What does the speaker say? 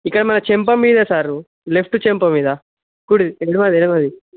ఇక్కడ మన చంప మీద సారూ లెఫ్ట్ చెంప మీద కుడిది ఎడమది ఎడమది